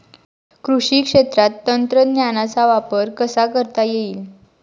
कृषी क्षेत्रात तंत्रज्ञानाचा वापर कसा करता येईल?